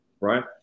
Right